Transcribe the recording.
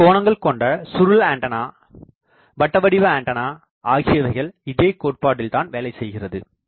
சம கோணங்கள்கொண்ட சுருள் ஆண்டனா spiral antenna வட்டவடிவ ஆண்டனா ஆகியவைகள் இதே கோட்பாட்டில்தான் வேலை செய்கிறது